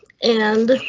and